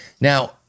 Now